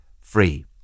free